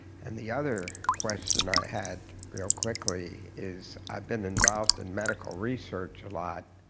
and the other question i had real quickly is, i've been involved in medical research a lot,